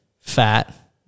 fat